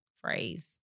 phrase